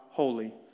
Holy